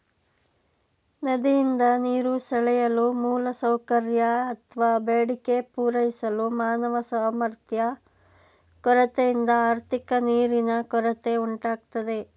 ನದಿಯಿಂದ ನೀರು ಸೆಳೆಯಲು ಮೂಲಸೌಕರ್ಯ ಅತ್ವ ಬೇಡಿಕೆ ಪೂರೈಸಲು ಮಾನವ ಸಾಮರ್ಥ್ಯ ಕೊರತೆಯಿಂದ ಆರ್ಥಿಕ ನೀರಿನ ಕೊರತೆ ಉಂಟಾಗ್ತದೆ